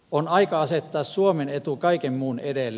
on aika asettaa suomen etu kaiken muun edelle